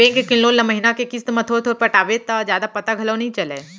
bank के loan ल महिना के किस्त म थोर थोर पटाबे त जादा पता घलौ नइ चलय